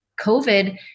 COVID